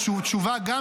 תשובה,